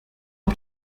auf